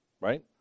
right